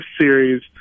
series